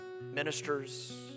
ministers